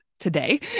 today